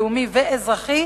הלאומי והאזרחי,